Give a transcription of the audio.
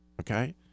Okay